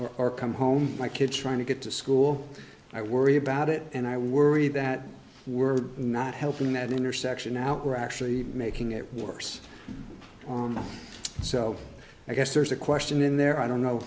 or come home my kids to get to school i worry about it and i worry that we're not helping that intersection out we're actually making it worse on the so i guess there's a question in there i don't know